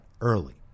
early